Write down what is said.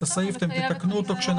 הסעיף אתם תתקנו אותו כשנגיע לקריאתו.